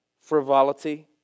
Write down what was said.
frivolity